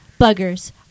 Buggers